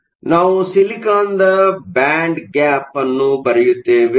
ಆದ್ದರಿಂದ ನಾವು silicon band gap ಅನ್ನು ಬರೆಯುತ್ತೇವೆ